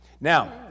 Now